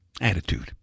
Attitude